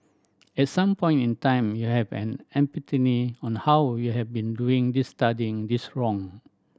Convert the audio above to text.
at some point in time you have an epiphany on how you have been doing this studying this wrong